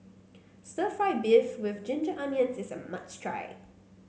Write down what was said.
Stir Fried Beef with Ginger Onions is a must try